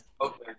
Okay